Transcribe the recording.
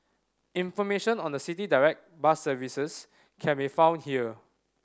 information on the City Direct bus services can be found here